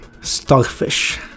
starfish